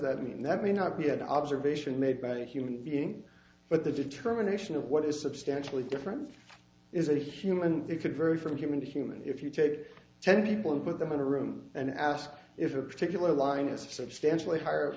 that mean that may not be an observation made by a human being but the determination of what is substantially different is a human it could vary from human to human if you take ten people and put them in a room and ask if a particular line is a substantially hi